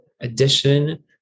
addition